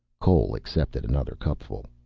cole accepted another cupful.